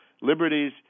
liberties